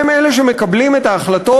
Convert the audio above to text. הם אלה שמקבלים את ההחלטות,